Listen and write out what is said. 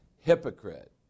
Hypocrite